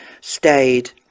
stayed